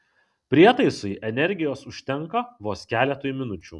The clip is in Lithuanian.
prietaisui energijos užtenka vos keletui minučių